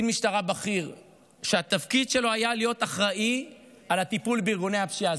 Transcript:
קצין משטרה בכיר שהתפקיד שלו היה להיות אחראי לטיפול בארגוני הפשיעה,